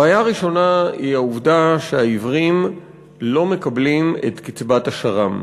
בעיה ראשונה היא העובדה שהעיוורים לא מקבלים את קצבת השר"מ.